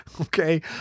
Okay